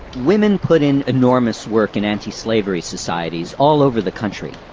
women put in enormous work in antislavery societies all over the country,